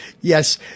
Yes